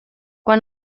quan